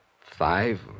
five